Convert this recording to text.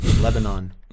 Lebanon